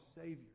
Savior